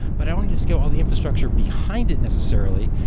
but i don't want to scale all the infrastructure behind it necessarily,